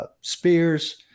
Spears